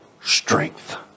strength